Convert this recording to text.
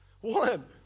One